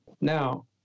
Now